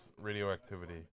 radioactivity